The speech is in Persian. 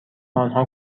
آنها